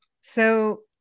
So-